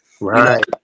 Right